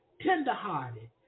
tenderhearted